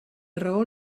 raó